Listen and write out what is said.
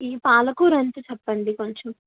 ఈ పాలకూర ఎంత చెప్పండి కొంచెం